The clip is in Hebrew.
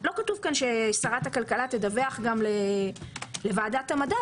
לא כתוב כאן ששרת הכלכלה תדווח גם לוועדת המדע,